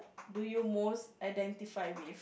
do you most identify with